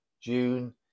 June